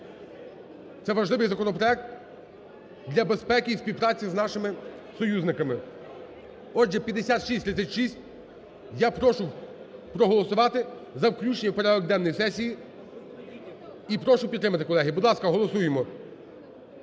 Це важливий законопроект для безпеки і співпраці з нашими союзниками. Отже, 5636, я прошу проголосувати за включення в порядок денний сесії і прошу підтримати, колеги. Будь ласка, голосуємо.